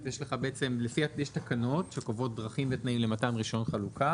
יש תקנות שקובעות דרכים ותנאים למתן רישיון חלוקה